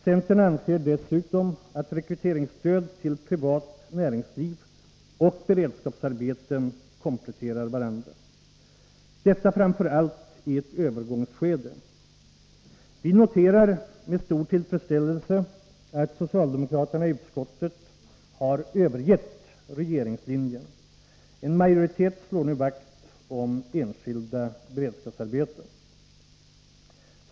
Centern anser dessutom att rekryteringsstöd till privat näringsliv och beredskapsarbeten kompletterar varandra, framför allt i ett övergångsskede. Vi noterar med stor tillfredsställelse att socialdemokraterna i utskottet har övergett regeringslinjen. En majoritet slår nu vakt om enskilda beredskapsarbeten.